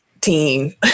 team